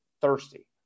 thirsty